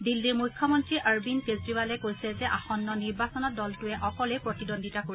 দিল্লীৰ মুখ্যমন্ত্ৰী অৰবিন্দ কেজৰিৱালে কৈছে যে আসন্ন নিৰ্বাচনত দলটোৱে অকলেই প্ৰতিদ্বন্দ্বিতা কৰিব